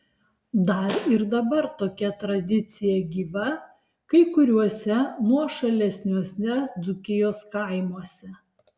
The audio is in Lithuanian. dar ir dabar tokia tradicija gyva kai kuriuose nuošalesniuose dzūkijos kaimuose